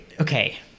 Okay